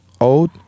old